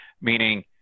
Meaning